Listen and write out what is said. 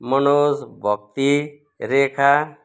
Manoj Bhakti Rekha